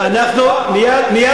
המועצה לשלום הילד כתבה.